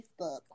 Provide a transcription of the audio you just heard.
Facebook